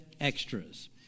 Extras